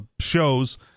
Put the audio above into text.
shows